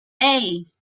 hey